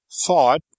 Thought